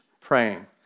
praying